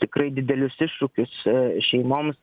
tikrai didelius iššūkius šeimoms